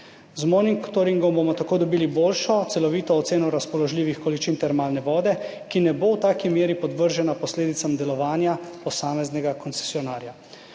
Z monitoringom bomo tako dobili boljšo celovito oceno razpoložljivih količin termalne vode, ki ne bo v taki meri podvržena posledicam delovanja posameznega koncesionarja.